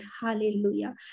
Hallelujah